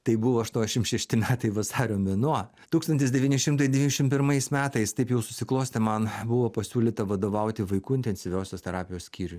tai buvo aštuoniasdešim šešti metai vasario mėnuo tūkstantis devyni šimtai devyniasdešim pirmais metais taip jau susiklostė man buvo pasiūlyta vadovauti vaikų intensyviosios terapijos skyriui